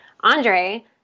Andre